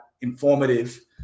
informative